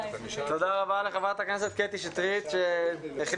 תודה רבה לחברת הכנסת קטי שטרית שהחליפה